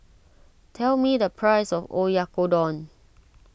tell me the price of Oyakodon